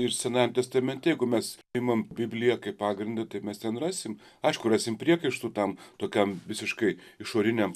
ir senajam testamente jeigu mes imam bibliją kaip pagrindą tai mes ten rasim aišku rasim priekaištų tam tokiam visiškai išoriniam